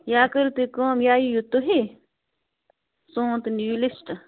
یا کٔرِو تُہۍ کٲم یا یِیِو تُہی سون تہٕ نِیِو لِسٹہٕ